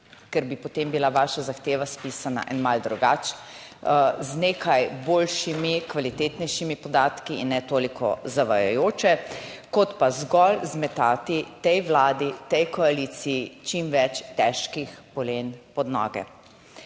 ker bi potem bila vaša zahteva spisana malo drugače, z nekaj boljšimi, kvalitetnejšimi podatki in ne toliko zavajajoče, kot pa zgolj zmetati tej vladi, tej koaliciji čim več težkih polen pod noge.